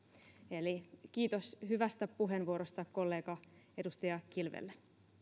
eli kiitos hyvästä puheenvuorosta kollega